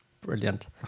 Brilliant